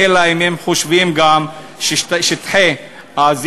אלא אם הם חושבים גם ששטחי הזיתים,